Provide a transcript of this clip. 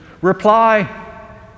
reply